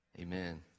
amen